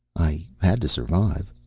i had to survive.